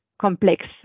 complex